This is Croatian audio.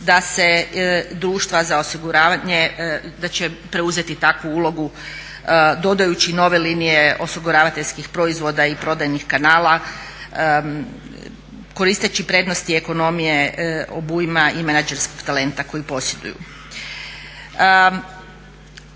da se društva za osiguravanje da će preuzeti takvu ulogu dodajući nove linije osiguravateljskih proizvoda i prodajnih kanala koristeći prednosti ekonomije, obujma i menadžerskog talenta koji posjeduju.